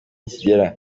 nikigera